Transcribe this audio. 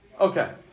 Okay